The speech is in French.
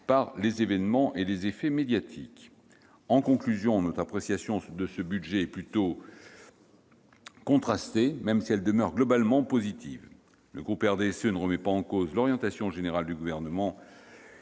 par les événements et effets médiatiques. En conclusion, je dirai que notre appréciation de ce projet de budget est plutôt contrastée, même si elle demeure globalement positive. Le groupe du RDSE ne remet pas en cause l'orientation générale de